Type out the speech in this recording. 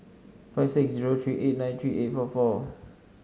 five six zero three eight nine three eight four four